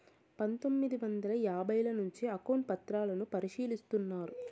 పందొమ్మిది వందల యాభైల నుంచే అకౌంట్ పత్రాలను పరిశీలిస్తున్నారు